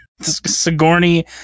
Sigourney